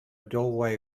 doorway